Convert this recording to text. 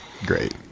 great